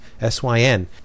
S-Y-N